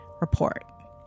report